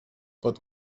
pot